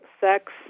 sex